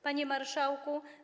Panie Marszałku!